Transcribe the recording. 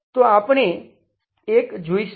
તો આપણે એક જોઈશું